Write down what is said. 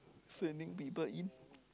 sending people in